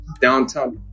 downtown